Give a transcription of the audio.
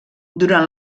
durant